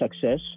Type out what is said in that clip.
success